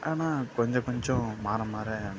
ஆனால் கொஞ்சம் கொஞ்சம் மாற மாற